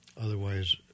Otherwise